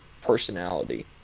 personality